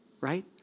right